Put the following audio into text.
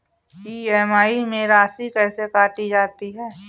EMI में राशि कैसे काटी जाती है?